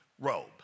robe